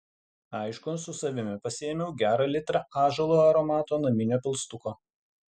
aišku su savimi pasiėmiau gerą litrą ąžuolo aromato naminio pilstuko